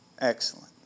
excellent